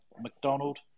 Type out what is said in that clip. McDonald